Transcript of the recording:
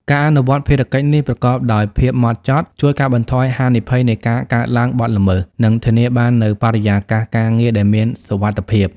ការអនុវត្តភារកិច្ចនេះប្រកបដោយភាពម៉ត់ចត់ ជួយកាត់បន្ថយហានិភ័យនៃការកើតឡើងបទល្មើស និងធានាបាននូវបរិយាកាសការងារដែលមានសុវត្ថិភាព។